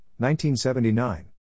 1979